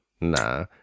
Nah